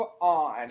on